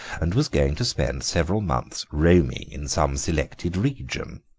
and was going to spend several months roaming in some selected region.